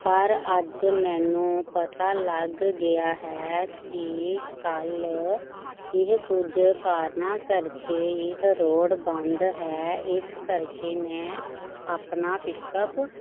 ਪਰ ਅੱਜ ਮੈਨੂੰ ਪਤਾ ਲੱਗ ਗਿਆ ਹੈ ਕਿ ਕੱਲ੍ਹ ਇਹ ਕੁਝ ਕਾਰਨਾਂ ਕਰਕੇ ਇਹ ਰੋਡ ਬੰਦ ਹੈ ਇਸ ਕਰਕੇ ਮੈਂ ਆਪਣਾ ਪਿੱਕਅੱਪ